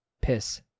Piss